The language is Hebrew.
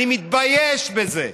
אני מתבייש בזה.